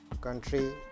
country